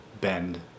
bend